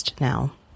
now